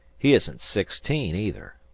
he isn't sixteen either.